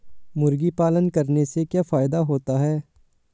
मुर्गी पालन करने से क्या फायदा होता है?